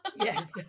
Yes